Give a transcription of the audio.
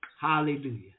Hallelujah